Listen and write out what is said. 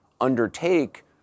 undertake